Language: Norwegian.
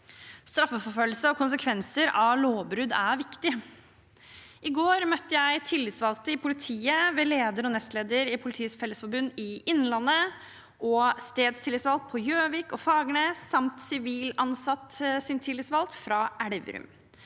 Straffeforfølgelse og konsekvenser av lovbrudd er viktig. I går møtte jeg tillitsvalgte i politiet ved leder og nestleder i Politiets Fellesforbund i Innlandet, stedstillitsvalgt på Gjøvik og Fagernes samt sivilt ansattes tillitsvalgt fra Elverum.